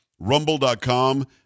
Rumble.com